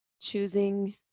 choosing